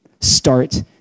Start